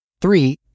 Three